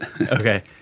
Okay